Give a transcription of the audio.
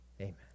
Amen